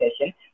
session